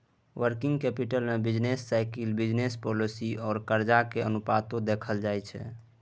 working capital में business cycle, business policy आ कर्जा के अनुपातो देखल जाइ छइ